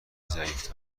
ضعیف